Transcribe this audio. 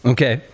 Okay